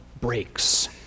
breaks